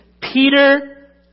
Peter